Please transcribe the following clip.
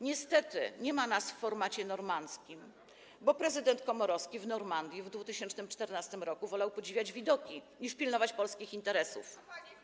Niestety, nie ma nas w formacie normandzkim, bo prezydent Komorowski w Normandii w 2014 r. wolał podziwiać widoki niż pilnować polskich interesów.